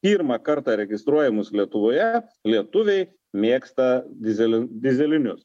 pirmą kartą registruojamus lietuvoje lietuviai mėgsta dyzelin dyzelinius